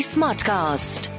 Smartcast